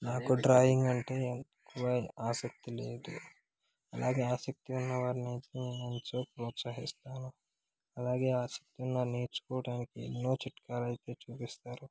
నాకు డ్రాయింగ్ అంటే ఆసక్తి లేదు అలాగే ఆసక్తి గల వారిని అయితే నేను మంచిగా ప్రోత్సహిస్తాను అలాగే ఆసక్తి ఉన్ననేర్చుకోవడానికి ఎన్నో చిట్కాలు అయితే చూపిస్తారు